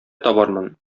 табармын